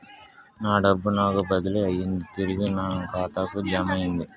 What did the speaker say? నా డబ్బు నాకు బదిలీ అయ్యింది తిరిగి నా ఖాతాకు జమయ్యింది